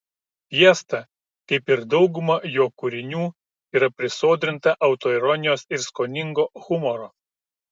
fiesta kaip ir dauguma jo kūrinių yra prisodrinta autoironijos ir skoningo humoro